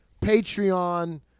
Patreon